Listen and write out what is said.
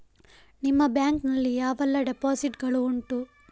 ನಿಮ್ಮ ಬ್ಯಾಂಕ್ ನಲ್ಲಿ ಯಾವೆಲ್ಲ ಡೆಪೋಸಿಟ್ ಗಳು ಉಂಟು?